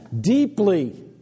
deeply